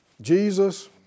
Jesus